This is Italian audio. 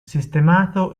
sistemato